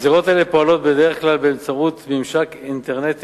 זירות אלה פועלות בדרך כלל באמצעות ממשק אינטרנטי